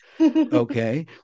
okay